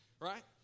right